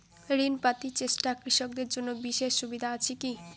ঋণ পাতি চেষ্টা কৃষকদের জন্য বিশেষ সুবিধা আছি কি?